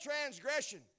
transgression